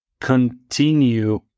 continue